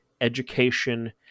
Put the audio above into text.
education